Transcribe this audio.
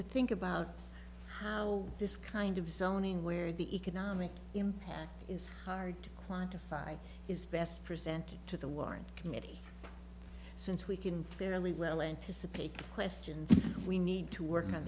to think about how this kind of zoning where the economic impact is hard to quantify is best presented to the warren committee since we can fairly well anticipate questions we need to work on